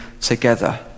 together